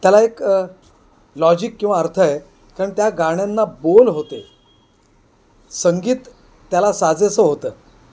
त्याला एक लॉजिक किंवा अर्थ आहे कारण त्या गाण्यांना बोल होते संगीत त्याला साजेसं होतं